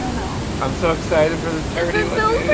i don't know. i'm so excited for this journey